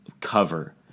Cover